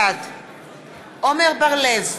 בעד עמר בר-לב,